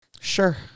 Sure